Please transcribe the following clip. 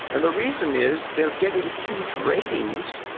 and the reason is they are getting huge ratings,